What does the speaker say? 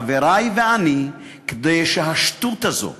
חברי ואני, כדי שהשטות הזאת,